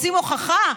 רוצים הוכחה?